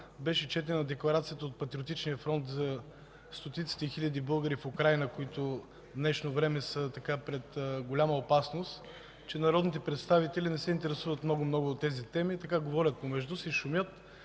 беше четена декларация от Патриотичния фронт за стотиците хиляди българи в Украйна, които в днешно време са пред голяма опасност, че народните представители не се интересуват много-много от тези теми – говорят помежду си, шумят